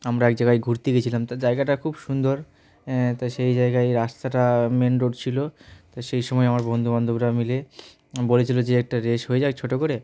আমরা এক জায়গায় ঘুরতে গিয়েছিলাম তার জায়গাটা খুব সুন্দর তা সেই জায়গায় রাস্তাটা মেন রোড ছিল তা সেই সময় আমার বন্ধুবান্ধবরা মিলে বলেছিলো যে একটা রেস হয়ে যাক ছোটো করে